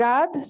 God